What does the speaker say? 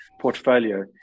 portfolio